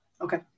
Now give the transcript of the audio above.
Okay